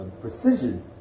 Precision